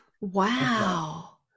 Wow